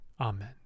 Amen